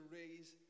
raise